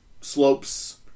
slopes